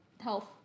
health